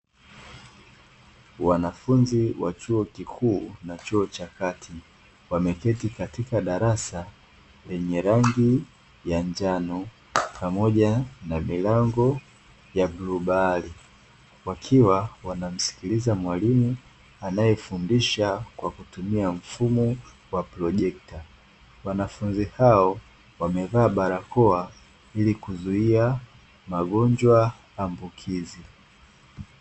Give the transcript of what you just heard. Wanafunzi wa chuo kikuu na chuo cha kati, wameketi katika darasa lenye rangi ya njano pamoja na milango ya bluu bahari, wakiwa wanamsikiliza mwalimu anaefundisha kwa kutumia mfumo wa projekta. Wanafunzi hao wamevaa barakoa ili kuzuia magonjwa ambukizi.